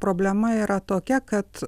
problema yra tokia kad